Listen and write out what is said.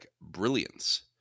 brilliance